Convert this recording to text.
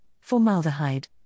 formaldehyde